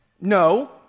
No